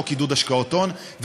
חוק עידוד השקעות הון,